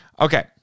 Okay